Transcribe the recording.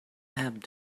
ebb